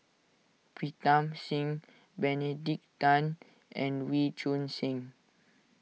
Pritam Singh Benedict Tan and Wee Choon Seng